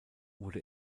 wurde